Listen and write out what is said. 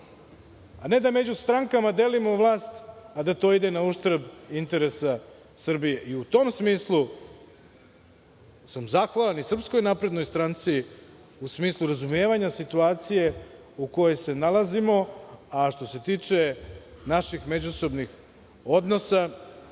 a ne da među strankama delimo vlast, a da to ide na uštrb interesa Srbije. U tom smislu sam zahvalan i SNS u smislu razumevanja situacije u kojoj se nalazimo, a što se tiče naših međusobnih odnosa,